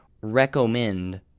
recommend